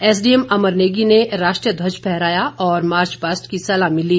SDM Amar Negi ने राष्ट्रीय ध्वज फहराया और मार्च पास्ट की सलामी ली